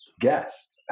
guest